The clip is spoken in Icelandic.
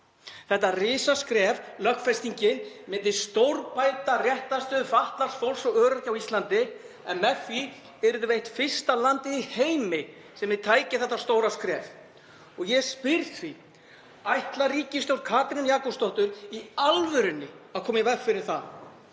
Þetta risaskref, lögfestingin, myndi stórbæta réttarstöðu fatlaðs fólks og öryrkja á Íslandi, en með því yrðum við eitt fyrsta landið í heimi sem tæki þetta stóra skref. Ég spyr því: Ætlar ríkisstjórn Katrínar Jakobsdóttur í alvörunni að koma í veg fyrir það?